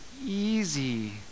easy